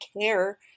care